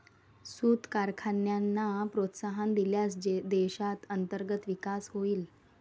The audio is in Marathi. सूत कारखान्यांना प्रोत्साहन दिल्यास देशात अंतर्गत विकास होईल